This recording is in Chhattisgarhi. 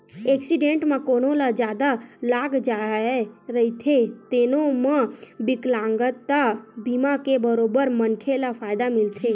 एक्सीडेंट म कोनो ल जादा लाग जाए रहिथे तेनो म बिकलांगता बीमा के बरोबर मनखे ल फायदा मिलथे